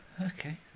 Okay